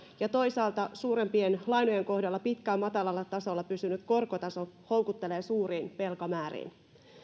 ja toisaalta suurempien lainojen kohdalla pitkään matalalla tasolla pysynyt korkotaso houkuttelee suuriin velkamääriin